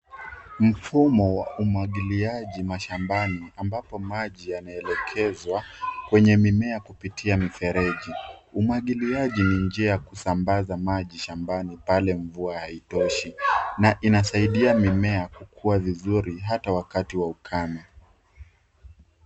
Mfumo wa umwagiliaji mashambani, ambapo maji yanaelekezwa kwenye mimea kupitia mifereji. Umwagiliaji ni njia ya kusambaza maji shambani pale mvua haitoshi, na inasaidia mimea kukua vizuri hata wakati wa ukame.